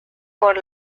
por